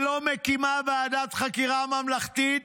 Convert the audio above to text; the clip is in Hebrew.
שלא מקימה ועדת חקירה ממלכתית